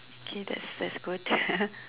okay that's that's good